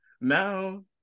Now